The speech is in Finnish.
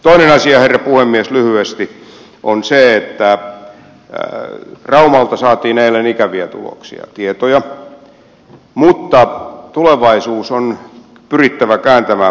toinen asia herra puhemies lyhyesti on se että raumalta saatiin eilen ikäviä tietoja mutta tulevaisuus on pyrittävä kääntämään voitoksi